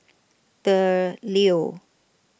The Leo